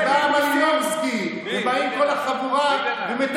למי זה לא קרה?